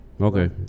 Okay